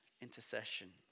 intercession